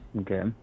Okay